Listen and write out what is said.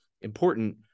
important